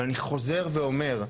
ואני חוזר ואומר,